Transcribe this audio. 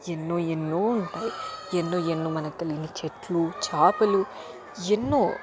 ఎన్నో ఎన్నో ఉంటాయి ఎన్నో ఎన్నో మనకి తెలియని చెట్లు చేపలు ఎన్నో